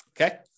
Okay